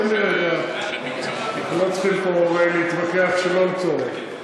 לא צריכים פה להתווכח שלא לצורך.